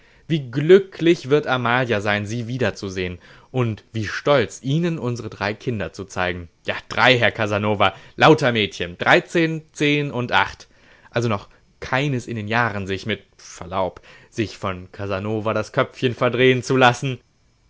wie glücklich wird amalia sein sie wiederzusehen und wie stolz ihnen unsre drei kinder zu zeigen ja drei herr casanova lauter mädchen dreizehn zehn und acht also noch keines in den jahren sich mit verlaub sich von casanova das köpfchen verdrehen zu lassen